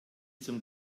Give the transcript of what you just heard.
zum